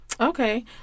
Okay